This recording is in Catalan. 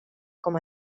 com